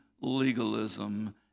legalism